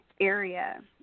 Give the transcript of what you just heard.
area